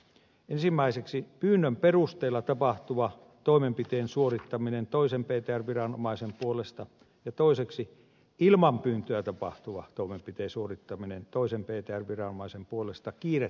ensimmäiseksi pyynnön perusteella tapahtuva toimenpiteen suorittaminen toisen ptr viranomaisen puolesta ja toiseksi ilman pyyntöä tapahtuva toimenpiteen suorittaminen toisen ptr viranomaisen puolesta kiiretilanteissa